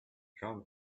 drawn